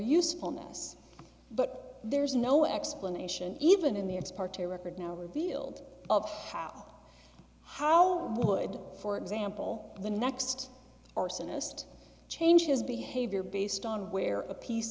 usefulness but there's no explanation even in the ex parte record now revealed of how how would for example the next arsonist change his behavior based on where a piece